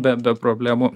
be be problemų